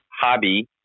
hobby